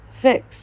fix